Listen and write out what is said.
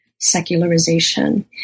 secularization